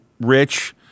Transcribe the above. Rich